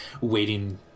waiting